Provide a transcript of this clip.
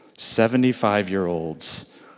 Seventy-five-year-olds